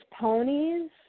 ponies